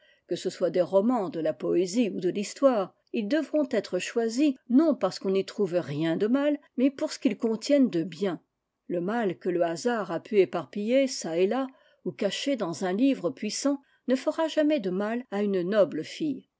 que ce soit des romans de la'poésie ou de l'histoire ils devront être choisis non parce qu'on n'y trouve rien de mal mais pour ce qu'ils contiennent de bien le mal que le hasard a pu éparpiller çà et là ou cacher dans un livre puissant ne fera jamais de mal à une noble fille